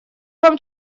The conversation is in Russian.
вам